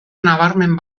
nabarmen